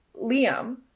Liam